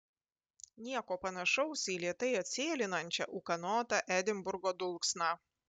nieko panašaus į lėtai atsėlinančią ūkanotą edinburgo dulksną